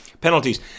penalties